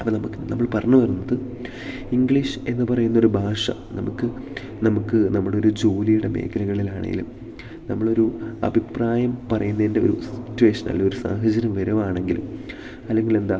അപ്പം നമുക്ക് നമ്മൾ പറഞ്ഞു വരുന്നത് ഇംഗ്ലീഷ് എന്ന് പറയുന്നൊരു ഭാഷ നമുക്ക് നമ്മുടൊരു ജോലിയുടെ മേഖലകളിലാണെങ്കിലും നമ്മളൊരു അഭിപ്രായം പറയുന്നതിൻ്റെ ഒരു സിറ്റുവേഷൻ അല്ലെ ഒരു സാഹചര്യം വരികയാണെങ്കിൽ അല്ലെങ്കിലെന്താ